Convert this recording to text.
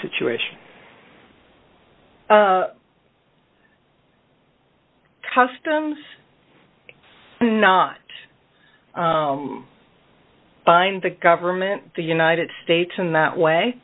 situation customs not bind the government the united states in that way